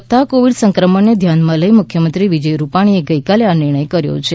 વધતાં કોવિડ સંક્રમણને ધ્યાનમાં લઈ મુખ્યમંત્રી વિજય રૂપાણીએ ગઇકાલે આ નિર્ણય કર્યો છે